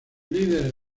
líderes